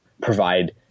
provide